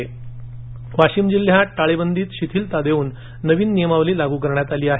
नियमावली वाशिम जिल्ह्यात टाळेबंदीत शिथिलता देऊन नवीन नियमावली लागू करण्यात आली आहे